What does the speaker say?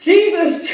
Jesus